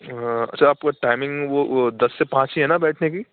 اچھا آپ کا ٹائمنگ وہ وہ دس سے پانچ ہی ہے نا بیٹھنے کی